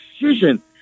decision